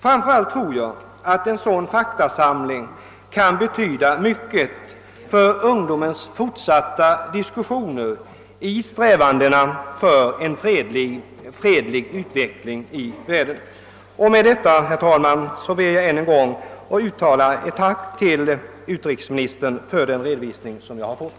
Framför allt tror jag att en sådan faktasamling kan ha stor betydelse för ungdomens fortsatta diskussioner i strävandena för en fredlig utveckling i världen. Med detta ber jag, herr talman, att än en gång få uttala mitt tack till utrikesministern för den redovisning jag har fått.